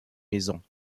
maisons